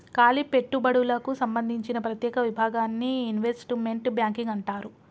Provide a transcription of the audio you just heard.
కాలి పెట్టుబడులకు సంబందించిన ప్రత్యేక విభాగాన్ని ఇన్వెస్ట్మెంట్ బ్యాంకింగ్ అంటారు